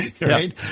right